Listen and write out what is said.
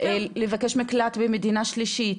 לבקש מקלט במדינה שלישית.